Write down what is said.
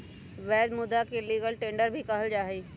वैध मुदा के लीगल टेंडर भी कहल जाहई